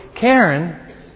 Karen